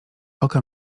oka